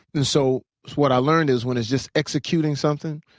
and so what i learned is when it's just executing something,